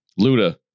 Luda